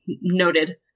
noted